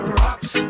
rocks